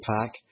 pack